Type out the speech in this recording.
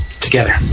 Together